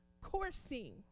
coursing